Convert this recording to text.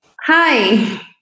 hi